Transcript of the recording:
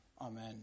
Amen